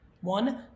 One